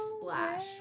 Splash